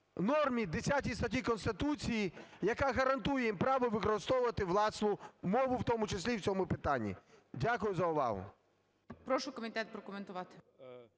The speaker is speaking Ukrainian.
нормі 10 статті Конституції, яка гарантує їм право використовувати власну мову, в тому числі у цьому питанні. Дякую за увагу.